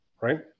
Right